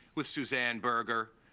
with suzanne berger,